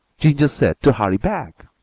ginger said to hurry back,